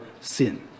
sin